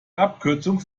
abkürzung